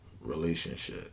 relationship